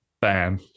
bam